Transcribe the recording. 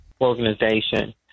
Organization